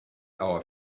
our